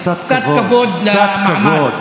קצת כבוד, קצת כבוד.